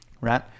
right